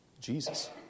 Jesus